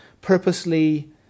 purposely